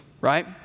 right